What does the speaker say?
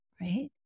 Right